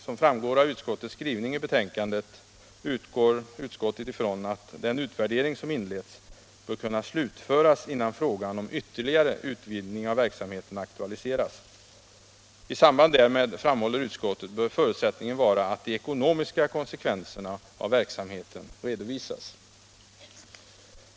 Som framgår av skrivningen i betänkandet utgår utskottet ifrån att den utvärdering som inletts bör kunna slutföras innan frågan om ytterligare utvidgning av verksamheten aktualiseras. I samband därmed, framhåller utskottet, bör förutsättningen vara att de ekonomiska konsekvenserna av verksamheten redovisas.